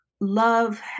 Love